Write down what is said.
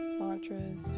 mantras